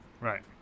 right